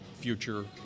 future